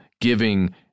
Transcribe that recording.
giving